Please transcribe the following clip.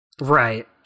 Right